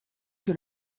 que